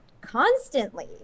constantly